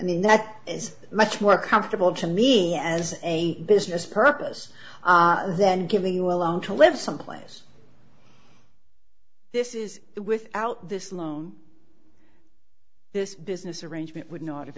then that is much more comfortable to me as a business purpose then giving you a long to live someplace this is without this loan this business arrangement would not